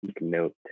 note